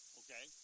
okay